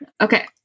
Okay